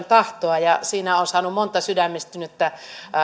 tahtoa ja olen saanut monta sydämistynyttä